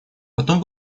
потом